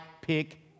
pick